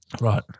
Right